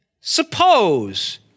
Suppose